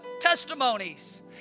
testimonies